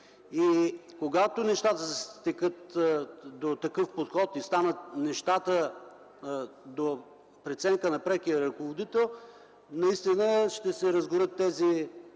Когато нещата се стекат до такъв подход и станат по преценка на прекия ръководител, наистина ще се разгорят тези